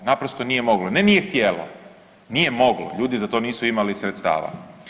Naprosto nije moglo, ne nije htjelo, nije moglo, ljudi za to nisu imali sredstava.